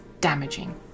damaging